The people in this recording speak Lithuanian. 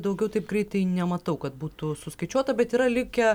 daugiau taip greitai nematau kad būtų suskaičiuota bet yra likę